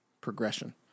progression